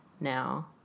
now